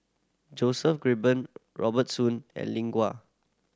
Joseph Grimberg Robert Soon and Lin Gao